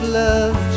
love